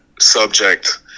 subject